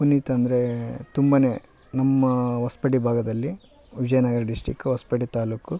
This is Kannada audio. ಪುನೀತ್ ಅಂದ್ರೆ ತುಂಬನೇ ನಮ್ಮ ಹೊಸಪೇಟೆ ಭಾಗದಲ್ಲಿ ವಿಜಯನಗರ ಡಿಸ್ಟ್ರಿಕ್ ಹೊಸಪೇಟೆ ತಾಲ್ಲೂಕು